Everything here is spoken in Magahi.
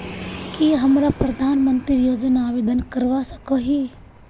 की हमरा प्रधानमंत्री योजना आवेदन करवा सकोही?